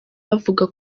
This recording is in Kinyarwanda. bavuga